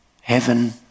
heaven